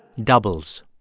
doubles